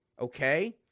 okay